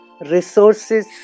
Resources